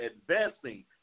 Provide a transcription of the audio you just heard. advancing